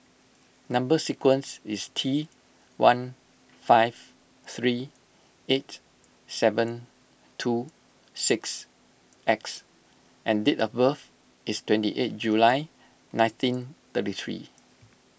Number Sequence is T one five three eight seven two six X and date of birth is twenty eight July nineteen thirty three